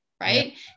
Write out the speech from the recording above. Right